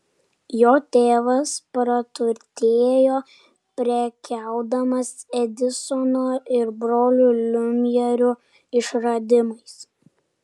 jo tėvas praturtėjo prekiaudamas edisono ir brolių liumjerų išradimais